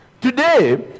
Today